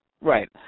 Right